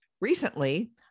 Recently